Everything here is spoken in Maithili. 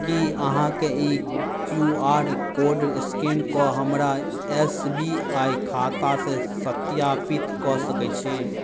की अहाँके ई क्यू आर कोड स्कैन कऽ हमरा एस बी आइ खाता से सत्यापित कऽ सकै छी